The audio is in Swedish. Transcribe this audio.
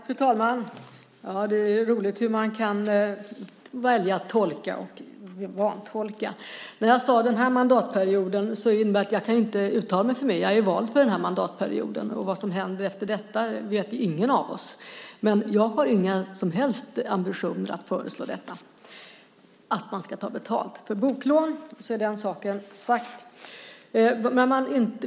Fru talman! Det är lustigt hur man kan välja att tolka eller vantolka. Jag sade "den här mandatperioden" därför att jag är vald för den här mandatperioden. Vad som händer därefter vet ju ingen av oss. Men jag har inga som helst ambitioner att föreslå att man ska ta betalt för boklån, så är den saken sagd.